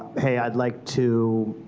hey, i'd like to